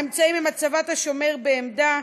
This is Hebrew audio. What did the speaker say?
האמצעים הם הצבת השומר בעמדה,